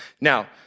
Now